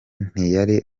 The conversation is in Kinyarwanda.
ntiyari